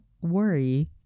worry